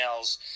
emails